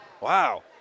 wow